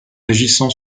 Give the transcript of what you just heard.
agissant